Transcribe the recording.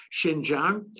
Xinjiang